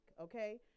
okay